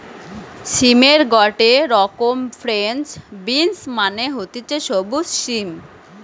সিমের গটে রকম ফ্রেঞ্চ বিনস মানে হতিছে সবুজ সিম